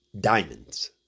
diamonds